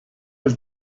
have